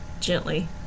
gently